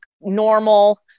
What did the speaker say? normal